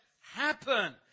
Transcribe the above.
happen